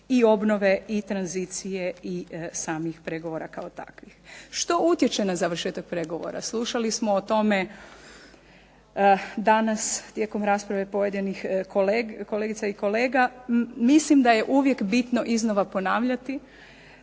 i obnove i tranzicije i samih pregovora kao takvih. Što utječe na završetak pregovora. Slušali smo o tome danas tijekom rasprave pojedinih kolegica i kolega, mislim da je uvijek bitno iznova ponavljati